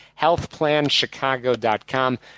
HealthPlanChicago.com